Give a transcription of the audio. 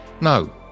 no